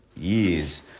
years